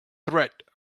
threat